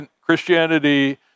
Christianity